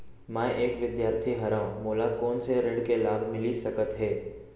मैं एक विद्यार्थी हरव, मोला कोन से ऋण के लाभ मिलिस सकत हे?